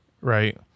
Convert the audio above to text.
Right